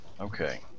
Okay